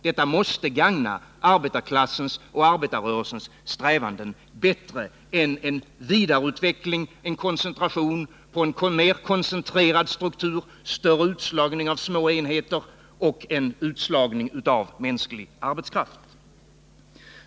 Detta måste gagna arbetarklassens och arbetarrörelsens strävanden bättre än en vidareutveckling av kärnkraften, en satsning på en mer koncentrerad struktur, större utslagning av små enheter och en utslagning av mänsklig arbetskraft.